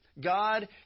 god